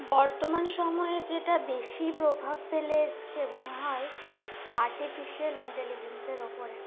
বর্তমান সময়ে যেটা বেশিই প্রভাব ফেলে এসেছে মনে হয় আর্টিফিশিয়াল ইন্টেলিজেন্সের উপরে